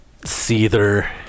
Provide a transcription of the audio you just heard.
Seether